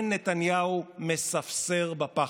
מזמן נפטרו מהרכב המשפחתי,